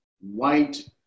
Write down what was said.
white